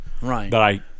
Right